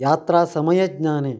यात्रा समयज्ञाने